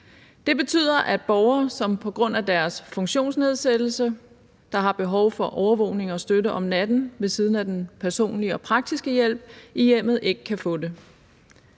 Det betyder, at borgere, som på grund af deres funktionsnedsættelse har behov for overvågning og støtte om natten ved siden af den personlige og praktiske hjælp i hjemmet, ikke kan få det.